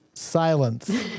Silence